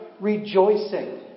rejoicing